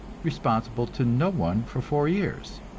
responsible to no one for four years?